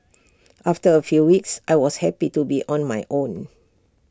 after A few weeks I was happy to be on my own